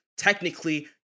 technically